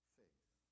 faith